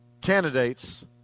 candidates